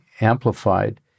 amplified